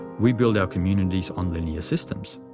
we build our communities on linear systems.